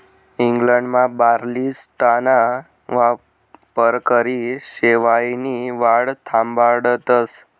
इंग्लंडमा बार्ली स्ट्राॅना वापरकरी शेवायनी वाढ थांबाडतस